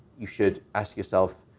you should ask yourself,